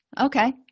okay